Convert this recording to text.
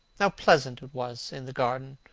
how pleasant it was in the garden!